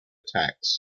attacks